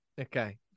okay